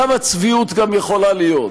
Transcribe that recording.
כמה צביעות יכולה להיות?